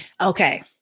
okay